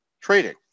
trading